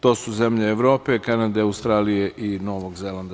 To su zemlje Evrope, Kanade, Australije i Novog Zelanda.